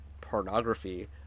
pornography